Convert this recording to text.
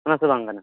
ᱚᱱᱟᱥᱮ ᱵᱟᱝ ᱠᱟᱱᱟ